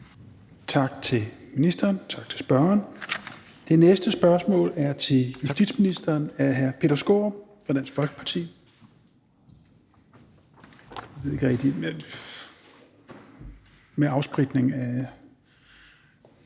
Tak til ministeren, og tak til spørgeren. Det næste spørgsmål er til justitsministeren af hr. Peter Skaarup fra Dansk Folkeparti.